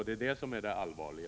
Det är det som är det allvarliga.